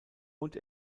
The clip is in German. und